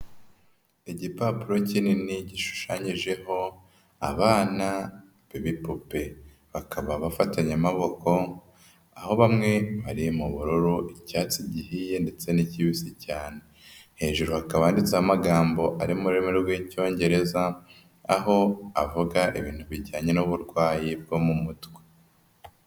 Igipapuro kinini gishushanyijeho abana, ibipupe, bakaba bafatanye amaboko, aho bamwe bari mu bururu, icyatsi, gihiye ndetse n'ikibisi cyane, hejuru hakaba handitse amagambo ari mu rurimi rw'Icyongereza aho avuga ibintu bijyanye n'uburwayi bwo mu mutwe.